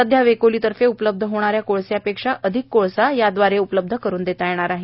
सध्या वेकोलि तर्फे उपलब्ध होणाऱ्या कोळशापेक्षा अधिक कोळसा याद्वारे उपलब्ध करून देता येणार आहे